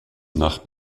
nach